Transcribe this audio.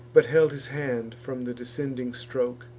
but held his hand from the descending stroke,